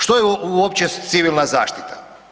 Što je uopće civilna zaštita?